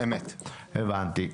אמת הבנתי.